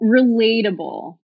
Relatable